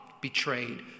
betrayed